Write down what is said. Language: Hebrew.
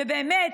ובאמת,